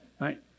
Right